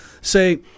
Say